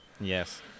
Yes